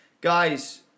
Guys